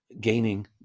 gaining